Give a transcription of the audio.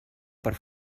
per